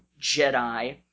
Jedi